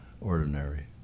ordinary